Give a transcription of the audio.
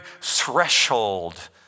threshold